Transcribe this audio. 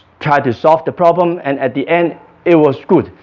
try to solve the problem and at the end it was good,